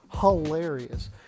hilarious